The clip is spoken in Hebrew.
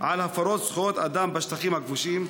על הפרות זכויות אדם בשטחים הכבושים?